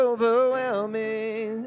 Overwhelming